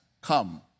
come